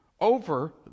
over